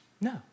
No